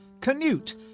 Canute